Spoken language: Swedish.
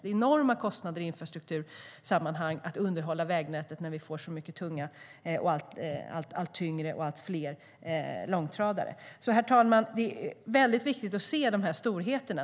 Det är enorma kostnader i infrastruktursammanhang att underhålla vägnätet när vi får allt tyngre och allt fler långtradare. Herr talman! Det är mycket viktigt att se dessa storheter.